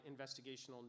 investigational